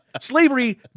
Slavery